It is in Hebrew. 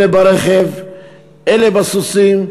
אלה ברכב אלה בסוסים,